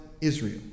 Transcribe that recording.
Israel